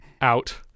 out